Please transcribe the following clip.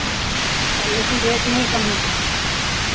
लेकिन रेट नहीं कम होगा